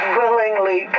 willingly